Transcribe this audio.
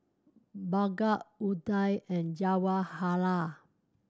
Bhagat Udai and Jawaharlal